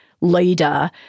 leader